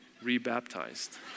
Rebaptized